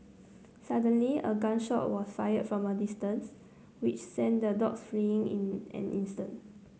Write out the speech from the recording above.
suddenly a gun shot was fired from a distance which sent the dogs fleeing in an instant